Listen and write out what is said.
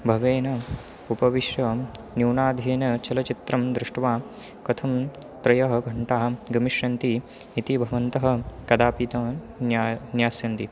भवेन उपविश्व न्यूनाधीनचलचित्रं दृष्ट्वा कथं त्रयः घण्टाः गमिष्यन्ति इति भवन्तः कदापि तान् न्या ज्ञास्यन्ति